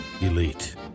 elite